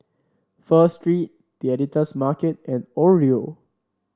Pho Street The Editor's Market and Oreo